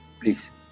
Please